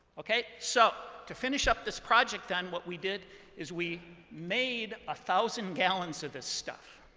ok, so to finish up this project, then, what we did is we made a thousand gallons of this stuff.